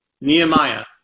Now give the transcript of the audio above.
Nehemiah